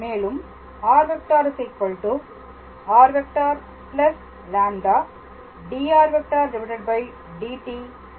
மேலும் R⃗ r⃗ λ dr⃗ dt ஆகும்